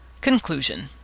CONCLUSION